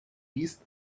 east